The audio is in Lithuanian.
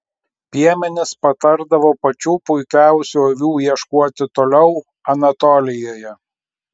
piemenys patardavo pačių puikiausių avių ieškoti toliau anatolijoje